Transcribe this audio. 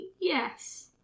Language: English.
Yes